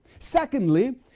Secondly